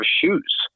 shoes